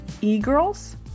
e-girls